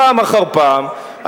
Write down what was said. פעם אחר פעם,